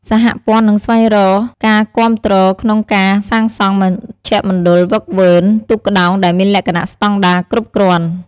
សហព័ន្ធនឹងស្វែងរកការគាំទ្រក្នុងការសាងសង់មជ្ឈមណ្ឌលហ្វឹកហ្វឺនទូកក្ដោងដែលមានលក្ខណៈស្តង់ដារគ្រប់់គ្រាន់។